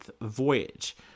voyage